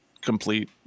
complete